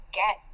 get